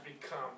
become